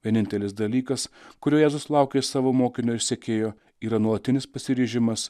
vienintelis dalykas kurio jėzus laukia iš savo mokinio ir sekėjo yra nuolatinis pasiryžimas